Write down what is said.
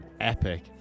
epic